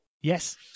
Yes